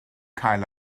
cael